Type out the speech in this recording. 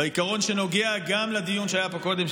בעיקרון שנוגע גם לדיון שהיה פה קודם,